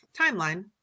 timeline